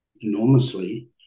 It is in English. enormously